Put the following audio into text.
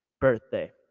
birthday